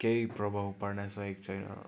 केही प्रभाव पार्न सकेको छैन